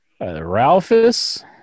Ralphus